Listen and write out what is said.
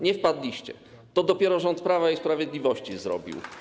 Nie wpadliście, dopiero rząd Prawa i Sprawiedliwości to zrobił.